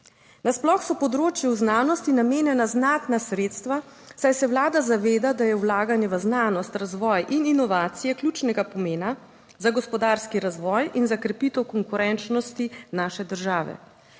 Nasploh so področju v znanosti namenjena znatna sredstva, saj se vlada zaveda, da je vlaganje v znanost, razvoj in inovacije ključnega pomena za gospodarski razvoj in za krepitev konkurenčnosti naše države.